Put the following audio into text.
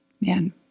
Man